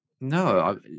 no